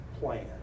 plan